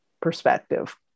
perspective